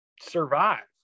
survive